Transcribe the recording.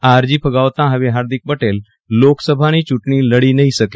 આ અરજી ફગાવતા હવે હાર્દિક પટેલ લોકસભાની ચુટણી લડી નહીં શકે